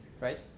right